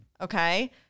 Okay